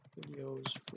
videos